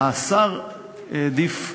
השר העדיף,